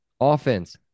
offense